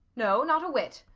no, not a whit.